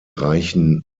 reichen